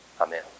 amen